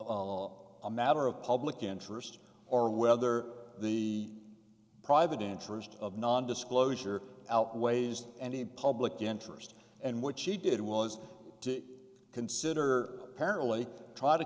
of a matter of public interest or whether the private interest of non disclosure outweighs any public interest and what she did was to consider parallel try to